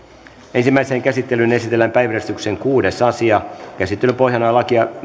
ensimmäiseen käsittelyyn esitellään päiväjärjestyksen kuudes asia käsittelyn pohjana on